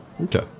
Okay